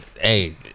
Hey